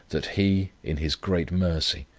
that he, in his great mercy,